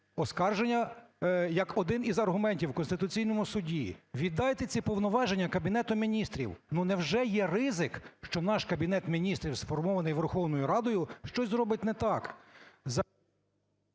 оскарження як один з аргументів в Конституційному Суді, віддайте ці повноваження Кабінету Міністрів. Невже є ризик, що наш Кабінет Міністрів, сформований Верховною Радою, щось зробить не так?